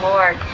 Lord